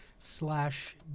slash